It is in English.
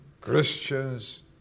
Christians